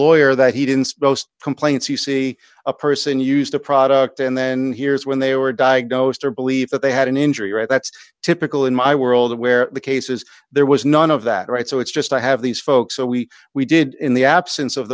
lawyer that he didn't supposed complaints you see a person used a product and then hears when they were diagnosed or believe that they had an injury right that's typical in my world where the cases there was none of that right so it's just i have these folks so we we did in the absence of